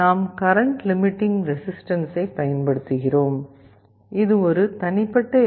நாம் current limiting resistance பயன்படுத்துகிறோம் இது ஒரு தனிப்பட்ட எல்